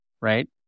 Right